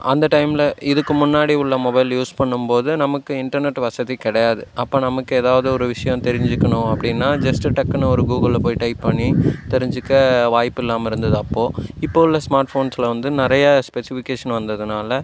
அந்த டைமில் இதுக்கு முன்னாடி உள்ள மொபைல் யூஸ் பண்ணும் போது நமக்கு இன்டர்நெட் வசதி கிடையாது அப்போ நமக்கு எதாவது ஒரு விஷயம் தெரிஞ்சிக்கணும் அப்படின்னா ஜஸ்ட்டு டக்குனு ஒரு கூகுளில் போய் டைப் பண்ணி தெரிஞ்சிக்க வாய்ப்பு இல்லாமல் இருந்தது அப்போ இப்போ உள்ள ஸ்மார்ட் ஃபோன்ஸில் வந்து நிறையா ஸ்பெசிஃபிகேஷன் வந்ததுனால்